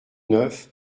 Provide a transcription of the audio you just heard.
neuf